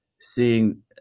seeing